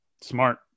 Smart